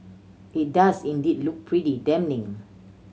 it does indeed look pretty damning